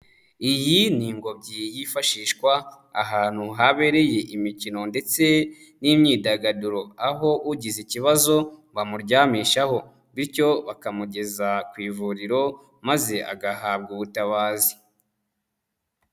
Iyi ni ingobyi yifashishwa ahantu habereye imikino ndetse n'imyidagaduro, aho ugize ikibazo bamuryamishaho bityo bakamugeza ku ivuriro maze agahabwa ubutabazi.